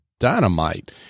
dynamite